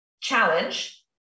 challenge